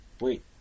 Wait